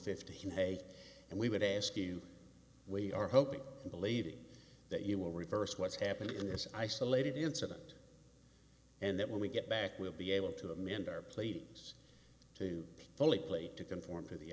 fifty hey and we would ask you we are hoping and believing that you will reverse what's happened in this isolated incident and that when we get back we'll be able to amend our planes to fully play to conform to the